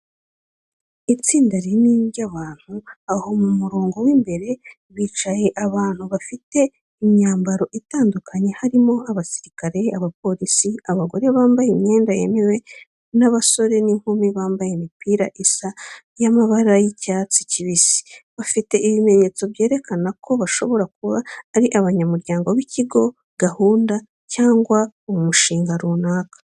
Itsinda rinini ry’abantu aho mu murongo w’imbere bicaye abantu bafite imyambaro itandukanye harimo abasirikare, abapolisi, abagore bambaye imyenda yemewe n’abasore n’inkumi bambaye imipira isa y’amabara y'icyatsi kibisi. bafite ibimenyetso byerekana ko bashobora kuba ari abanyamuryango b’ikigo, gahunda, cyangwa umushinga runaka.